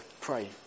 pray